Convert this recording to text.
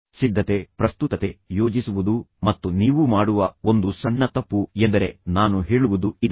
ಸಿದ್ಧತೆ ಪ್ರಸ್ತುತತೆ ಯೋಜಿಸುವುದು ಮತ್ತು ನೀವು ಮಾಡುವ ಒಂದು ಸಣ್ಣ ತಪ್ಪು ಎಂದರೆ ನಾನು ಹೇಳುವುದು ಇದನ್ನೇ